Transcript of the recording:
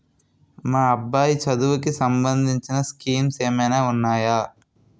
మా అబ్బాయి చదువుకి సంబందించిన స్కీమ్స్ ఏమైనా ఉన్నాయా?